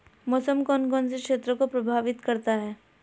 मौसम कौन कौन से क्षेत्रों को प्रभावित करता है?